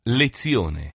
lezione